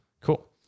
Cool